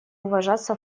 уважаться